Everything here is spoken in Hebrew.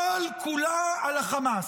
כל-כולה על החמאס,